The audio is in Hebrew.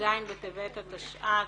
י"ז בטבת התשע"ט.